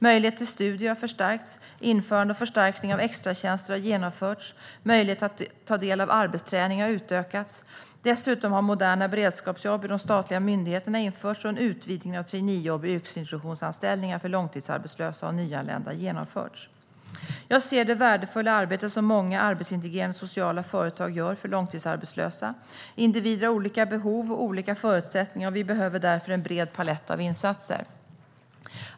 Möjligheterna till studier har förstärkts, införande och förstärkning av extratjänster har genomförts och möjligheterna att ta del av arbetsträning har utökats. Dessutom har moderna beredskapsjobb i de statliga myndigheterna införts och en utvidgning av traineejobb och yrkesintroduktionsanställningar för långtidsarbetslösa och nyanlända genomförts. Jag ser det värdefulla arbete som många arbetsintegrerande sociala företag gör för långtidsarbetslösa. Individer har olika behov och olika förutsättningar, och vi behöver därför en bred palett av insatser.